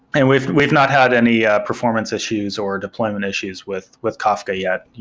and we've we've not had any ah performance issues or deployment issues with with kafka yet.